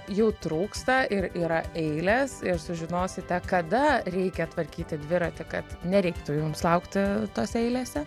jų trūksta ir yra eilės ir sužinosite kada reikia tvarkyti dviratį kad nereiktų jums laukti tose eilėse